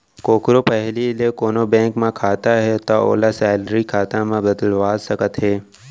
कोकरो पहिली ले कोनों बेंक म खाता हे तौ ओला सेलरी खाता म बदलवा सकत हे